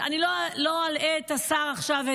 אני לא אלאה את השר עכשיו,